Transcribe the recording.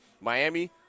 Miami